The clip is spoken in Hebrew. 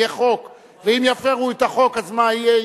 יהיה חוק, ואם יפירו את החוק, אז מה יהיה?